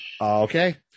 okay